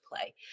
play